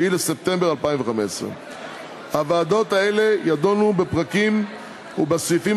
מ-7 בספטמבר 2015. הוועדות האלה ידונו בפרקים ובסעיפים